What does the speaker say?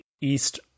east